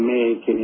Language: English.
make